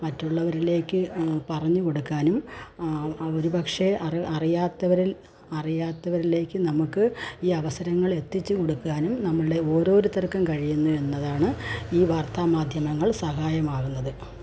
മറ്റുള്ളവരിലേക്ക് പറഞ്ഞ് കൊടുക്കാനും അവർ പക്ഷെ അറിയാത്തവരിൽ അറിയാത്തവരിലേക്ക് നമുക്ക് ഈ അവസരങ്ങളെത്തിച്ചു കൊടുക്കുവാനും നമ്മൾടെ ഓരോരുത്തർക്കും കഴിയുന്നുയെന്നതാണ് ഈ വാർത്ത മാധ്യമങ്ങൾ സഹായമാകുന്നത്